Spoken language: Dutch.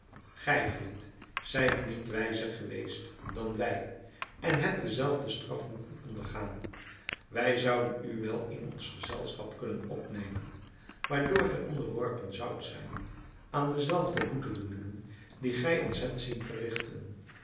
gij vriend zijt niet wijzer geweest dan wij en hebt dezelfde straf moeten ondergaan wij zouden u wel in ons gezelschap kunnen opnemen waardoor gij onderworpen zoudt zijn aan de zelfde boetedoeningen die gij ons hebt zien verrigten